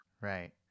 Right